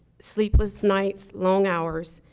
sleepless nights, long hours,